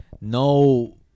no